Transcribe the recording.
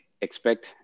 expect